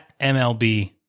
MLB